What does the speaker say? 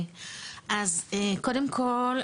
אז קודם כל,